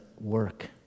work